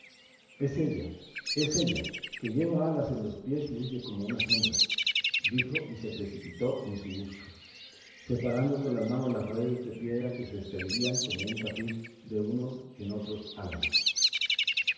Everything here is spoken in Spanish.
es ella es ella que lleva alas en los pies y huye como una sombra dijo y se precipitó en su busca separando con las manos las redes de piedra que se extendían como un tapiz de unos en otros álamos